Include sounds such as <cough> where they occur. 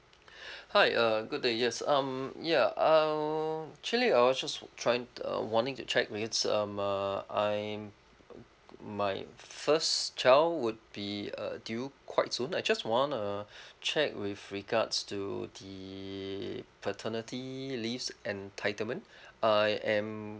<breath> hi uh good day yes um ya um actually I was just trying to uh wanting to check with um uh my my first child would be uh due quite soon I just wanna check with regards to the paternity leaves entitlement I am